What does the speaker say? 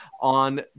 on